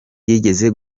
yigeze